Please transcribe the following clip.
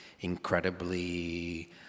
incredibly